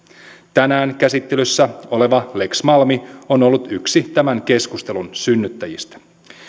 tänään käsittelyssä oleva lex malmi on ollut yksi tämän keskustelun synnyttäjistä